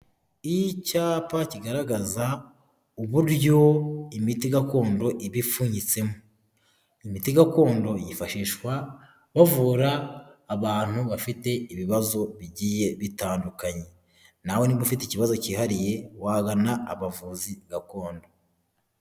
Icyapa kigaragaza uburyo imiti gakondo iba ipfunyitsemo, imiti gakondo yifashishwa bavura abantu bafite ibibazo bigiye bitandukanye nawe niba ufite ikibazo cyihariye wagana abavuzi gakondo.